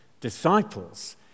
disciples